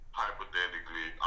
hypothetically